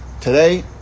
Today